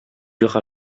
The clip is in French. aura